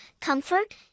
comfort